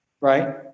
right